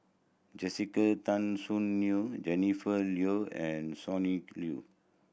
Jessica Tan Soon Neo Jennifer Yeo and Sonny Liew